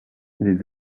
les